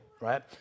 right